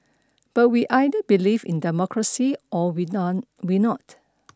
but we either believe in democracy or we none we not